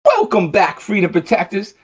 welcome back, freedom protectors.